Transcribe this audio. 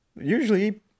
usually